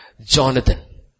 Jonathan